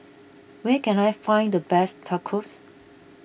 where can I find the best Tacos